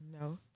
No